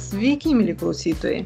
sveiki mieli klausytojai